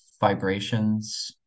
vibrations